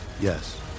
Yes